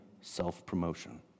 self-promotion